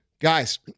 Guys